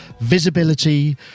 visibility